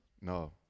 No